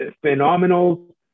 phenomenal